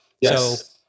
Yes